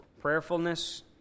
Prayerfulness